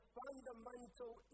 fundamental